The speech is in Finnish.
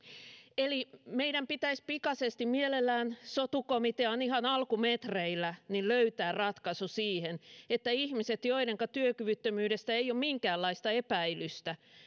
eli meidän pitäisi pikaisesti mielellään sotu komitean ihan alkumetreillä löytää ratkaisu siihen miten ihmiset joidenka työkyvyttömyydestä ei ole minkäänlaista epäilystä